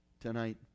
tonight